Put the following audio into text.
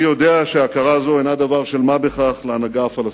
אני יודע שהכרה זו אינה דבר של מה בכך להנהגה הפלסטינית.